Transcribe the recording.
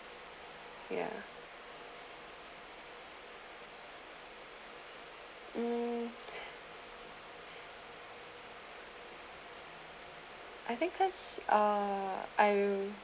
ya um I think cause uh I will